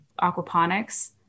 aquaponics